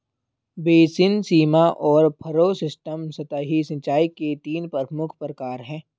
basin, सीमा और furrow system सतही सिंचाई के तीन प्रमुख प्रकार है